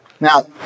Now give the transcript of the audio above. Now